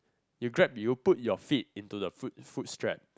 you grab you put your feet into the foot foot strap